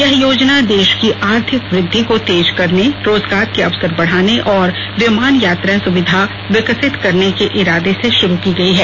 यह योजना देश की आर्थिक वृद्धि को तेज करने रोजगार के अवसर बढ़ाने और विमान यात्रा सुविधा विकसित करने के इरादे से शुरू की गई है